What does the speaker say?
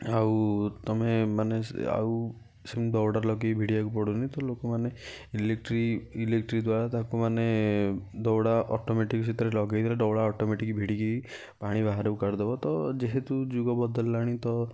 ଆଉ ତମେ ମାନେ ସେ ଆଉ ଦଉଡ଼ା ଲଗାଇକି ଭିଡ଼ିବାକୁ ପଡ଼ୁନି ତ ଲୋକମାନେ ଇଲେକ୍ଟ୍ରି ଇଲେକ୍ଟ୍ରି ଦ୍ଵାରା ତାକୁ ମାନେ ଦଉଡ଼ା ଅଟୋମେଟିକ୍ ସେଥିରେ ଲଗାଇଲେ ଦଉଡ଼ା ଅଟୋମେଟିକ୍ ଭିଡ଼ିକି ପାଣି ବାହାରକୁ କାଢ଼ିଦେବ ତ ଯେହେତୁ ଯୁଗ ବଦଳିଲାଣି ତ